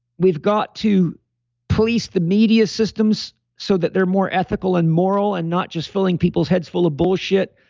we've got to police the media systems so that they're more ethical and moral and not just filling people's heads full of bullshit.